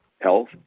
health